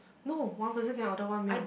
no one person can order one meal